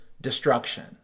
destruction